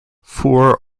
four